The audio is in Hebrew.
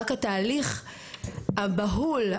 רק התהליך הבהול,